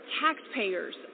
taxpayers